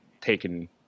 taken